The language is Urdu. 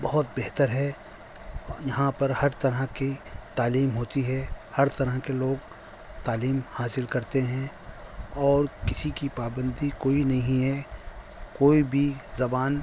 بہت بہتر ہے یہاں پر ہر طرح کی تعلیم ہوتی ہے ہر طرح کے لوگ تعلیم حاصل کرتے ہیں اور کسی کی پابندی کوئی نہیں ہے کوئی بھی زبان